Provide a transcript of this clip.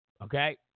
Okay